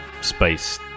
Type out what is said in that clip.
space